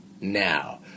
now